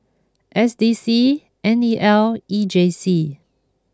S D C N E L and E J C